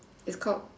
it's called